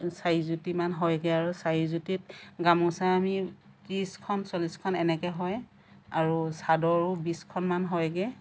চাৰিজুটিমান হয়গৈ আৰু চাৰিজুটিত গামোচা আমি ত্ৰিছখন চল্লিছখন এনেকৈ হয় আৰু চাদৰো বিছখনমান হয়গৈ